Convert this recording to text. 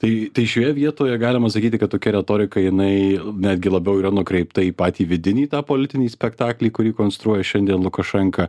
tai tai šioje vietoje galima sakyti kad tokia retorika jinai netgi labiau yra nukreipta į patį vidinį tą politinį spektaklį kurį konstruoja šiandien lukašenka